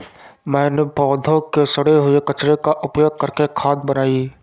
मैंने पौधों के सड़े हुए कचरे का उपयोग करके खाद बनाई